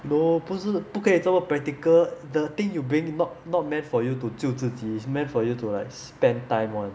no 不是不可以这么 practical the thing you being not not meant for you to 救自己 is meant for you to spend time [one]